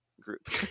group